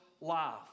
life